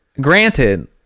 granted